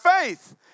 faith